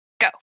go